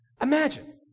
Imagine